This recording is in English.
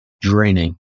draining